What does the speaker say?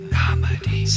comedy